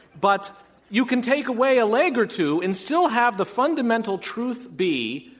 but you can take away a leg or two and still have the fundamental truth be,